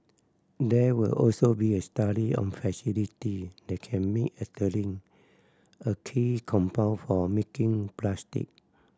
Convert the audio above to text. there will also be a study on facility that can make ethylene a key compound for making plastic